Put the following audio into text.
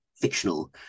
fictional